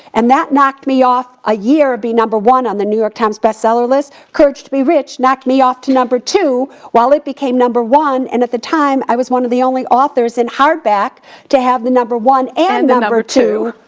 and that knocked me off a year of being number one on the new york times bestseller list. courage to be rich knocked me off to number two while it became number one and at the time i was one of the only authors in hardback to have the number one and the number two